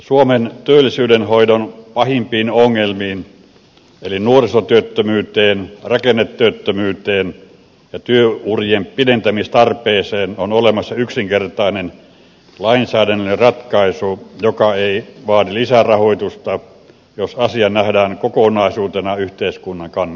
suomen työllisyyden hoidon pahimpiin ongelmiin eli nuorisotyöttömyyteen rakennetyöttömyyteen ja työurien pidentämistarpeeseen on olemassa yksinkertainen lainsäädännöllinen ratkaisu joka ei vaadi lisärahoitusta jos asia nähdään kokonaisuutena yhteiskunnan kannalta